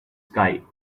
sky